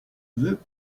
veux